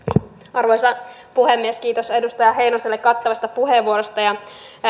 arvoisa puhemies kiitos edustaja heinoselle kattavasta puheenvuorosta